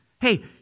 hey